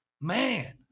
man